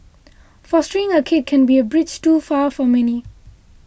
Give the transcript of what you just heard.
fostering a kid can be a bridge too far for many